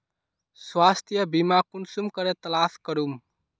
स्वास्थ्य बीमा कुंसम करे तलाश करूम?